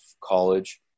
college